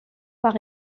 par